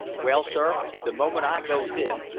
well, sir, the moment i goes in,